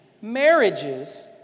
marriages